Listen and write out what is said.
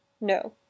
No